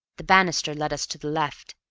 the banisters led us to the left,